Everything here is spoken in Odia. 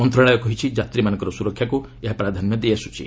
ମନ୍ତ୍ରଣାଳୟ କହିଛି ଯାତ୍ରୀମାନଙ୍କର ସ୍ରରକ୍ଷାକ୍ ଏହା ପ୍ରାଧାନ୍ୟ ଦେଇଆସ୍ରଛି